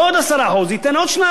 ייתן עוד 2.5 מיליארד שקל.